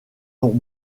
ont